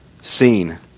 seen